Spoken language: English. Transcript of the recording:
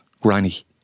granny